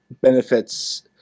benefits